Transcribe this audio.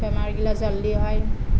বেমাৰবিলাক জলদি হয়